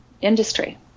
industry